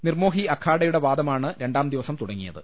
നിർമോഹി അഖാഡയുടെ വാദമാണ് രണ്ടാം ദിവസം തുട ങ്ങിയത്